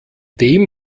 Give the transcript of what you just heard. dem